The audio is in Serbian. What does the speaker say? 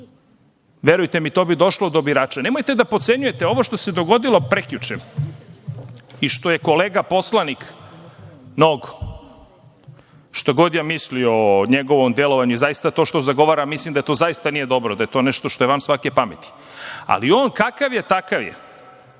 verujte mi, to bi došlo do birača. Nemojte da potcenjujete ovo što se dogodilo prekjuče i što je kolega poslanik Nogo, šta god ja mislio o njegovom delovanju, zaista to što zagovara zaista nije dobro i da je to nešto što je van svake pameti, ali on kakav je takav je